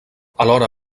alhora